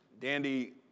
dandy